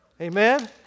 Amen